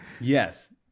Yes